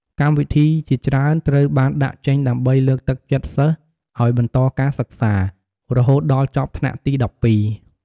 កម្មវិធីជាច្រើនត្រូវបានដាក់ចេញដើម្បីលើកទឹកចិត្តសិស្សឱ្យបន្តការសិក្សា រហូតដល់ចប់ថ្នាក់ទី១២។